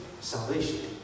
salvation